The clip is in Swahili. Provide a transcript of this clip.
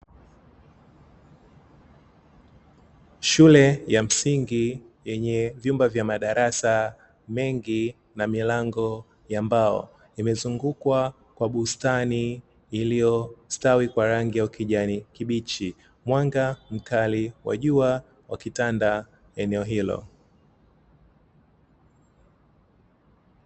Shule ya msingi yenye vyumba vya madarasa mengi na milango ya mbao, vimezungukwa kwa bustani iliyostawi kwa rangi ya ukijani kibichi, mwanga mkali wa jua ukitanda eneo hilo.